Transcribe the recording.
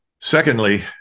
Secondly